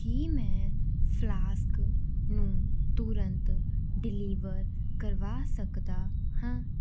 ਕੀ ਮੈਂ ਫਲਾਸਕ ਨੂੰ ਤੁਰੰਤ ਡਿਲੀਵਰ ਕਰਵਾ ਸਕਦਾ ਹਾਂ